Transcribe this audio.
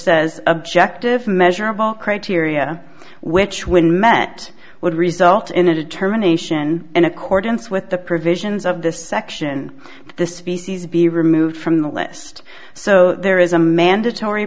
says objective measurable criteria which when met would result in a determination in accordance with the provisions of this section of the species be removed from the list so there is a mandatory